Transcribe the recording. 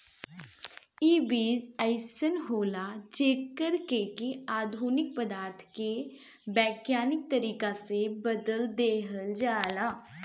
इ बीज अइसन होला जेकरा के की अनुवांशिक पदार्थ के वैज्ञानिक तरीका से बदल देहल जाला